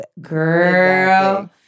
girl